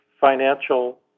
financial